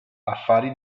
affari